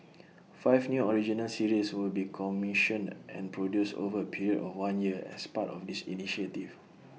five new original series will be commissioned and produced over A period of one year as part of this initiative